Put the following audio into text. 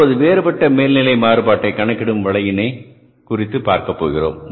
இப்போது வேறுபட்ட மேல்நிலை மாறுபாட்டை கணக்கீடும் வழியினை குறித்து பார்க்கப் போகிறோம்